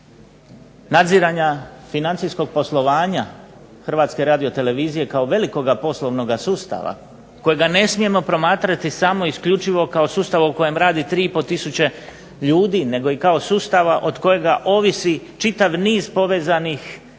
nadziranja financijskog poslovanja Hrvatske radiotelevizije kao velikoga poslovnoga sustava kojega ne smijemo promatrati samo i isključivo kao sustava u kojem radi 3500 ljudi, nego i kao sustava od kojega ovisi čitav niz povezanih